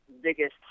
biggest